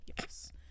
yes